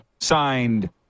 Signed